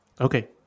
Okay